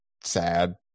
sad